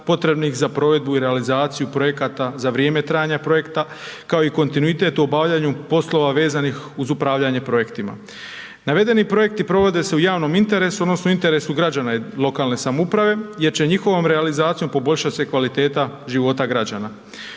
potrebnih za provedbu i realizaciju projekata za vrijeme trajanja projekta kao i kontinuitet u obavljanju poslova vezanih uz upravljanje projektima. Navedeni projekti provode se u javnom interesu, odnosno interesu građana lokalne samouprave jer će njihovom realizacijom poboljšat se kvaliteta života građana.